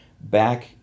back